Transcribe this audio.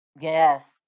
Yes